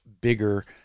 bigger